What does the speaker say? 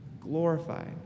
glorified